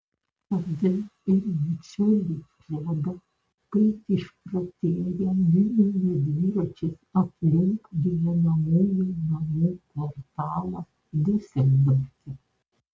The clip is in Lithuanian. save ir bičiulį fredą kaip išprotėję miname dviračius aplink gyvenamųjų namų kvartalą diuseldorfe